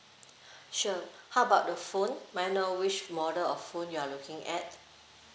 sure how about the phone may I know which model of phone you are looking at